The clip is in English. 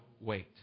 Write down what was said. wait